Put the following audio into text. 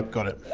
got it.